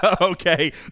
Okay